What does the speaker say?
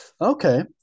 Okay